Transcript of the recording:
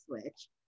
switch